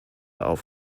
auf